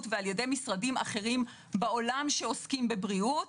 ועל-ידי משרדים אחרים בעולם שעוסקים בבריאות.